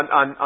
on